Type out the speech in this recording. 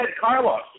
Carlos